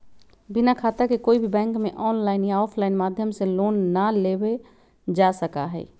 बिना खाता के कोई भी बैंक में आनलाइन या आफलाइन माध्यम से लोन ना लेबल जा सका हई